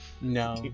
No